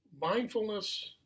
mindfulness